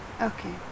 okay